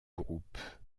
groupe